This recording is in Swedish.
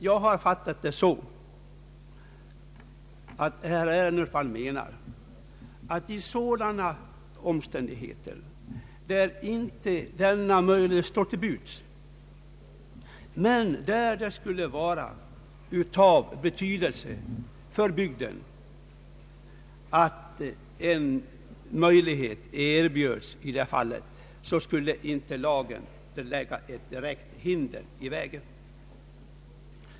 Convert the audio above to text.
Jag har fattat det så att herr Ernulf menar att lagen inte skall lägga direkta hinder i vägen i sådana fall där ingen annan möjlighet står till buds, men där det skulle vara av betydelse för bygden att en möjlighet till deltidsjordbruk erbjödes.